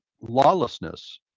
lawlessness